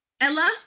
Ella